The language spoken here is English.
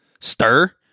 stir